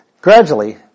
Gradually